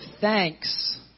thanks